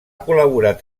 col·laborat